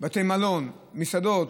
בתי מלון, מסעדות,